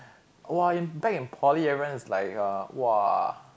!wah! in back in poly everyone is like uh !wah!